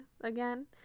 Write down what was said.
again